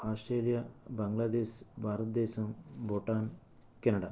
Australia Bangladesh భారతదేశం Bhutan Canada